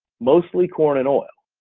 mostly corn and oil.